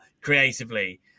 creatively